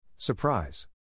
Surprise